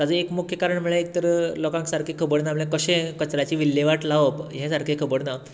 ताचें एक मुख्य कारण म्हणल्यार एक तर लोकांक सारकें खबर ना कशें कचऱ्याची विल्लेवाट लावप हें सारकें खबर ना